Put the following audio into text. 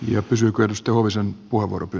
ja pysyykö toisen porpr